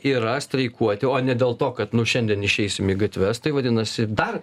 yra streikuoti o ne dėl to kad nu šiandien išeisim į gatves tai vadinasi dar